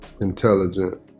intelligent